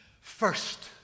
first